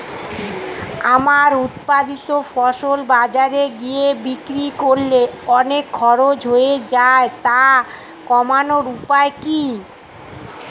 আমার উৎপাদিত ফসল বাজারে গিয়ে বিক্রি করলে অনেক খরচ হয়ে যায় তা কমানোর উপায় কি?